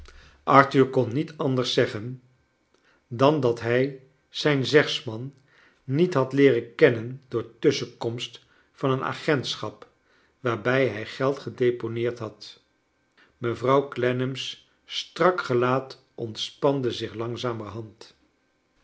arthur kon niet anders zeggen dan dat hij zijn zegsman niet had leeren kennen door tusschenkomst van een agentschap waarbij hij geld gedeponeerd had mevrouw clennam's strak gelaat ontspande zich langzamerhand